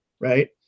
right